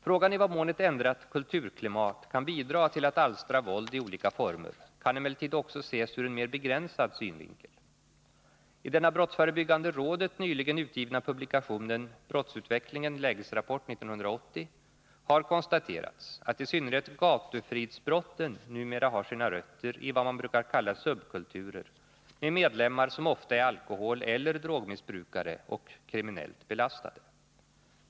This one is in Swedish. Frågan i vad mån ett ändrat kulturklimat kan bidra till att alstra våld i olika former kan emellertid också ses ur en mera begränsad synvinkel. I den av brottsförebyggande rådet nyligen utgivna publikationen Brottsutvecklingen — lägesrapport 1980 har konstaterats att i synnerhet gatufridsbrotten numera har sina rötter i vad man brukar kalla subkulturer med medlemmar som ofta är alkoholeller drogmissbrukare och kriminellt belastade.